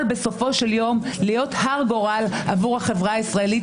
בסופו של יום להיות הרי גורל עבור החברה הישראלית,